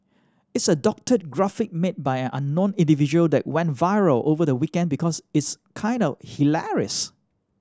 it's a doctored graphic made by an unknown individual that went viral over the weekend because it's kinda hilarious